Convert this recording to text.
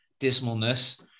Dismalness